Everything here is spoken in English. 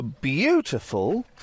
beautiful